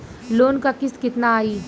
Loan क किस्त कितना आई?